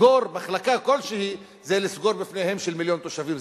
לסגור מחלקה כלשהי זה לסגור בפניהם של מיליון תושבים,